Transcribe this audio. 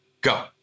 Go